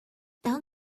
down